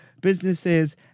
businesses